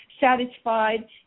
satisfied